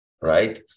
right